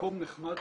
מקום נחמד,